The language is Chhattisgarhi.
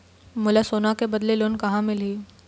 मोला सोना के बदले लोन कहां मिलही?